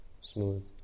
smooth